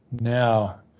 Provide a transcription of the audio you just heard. now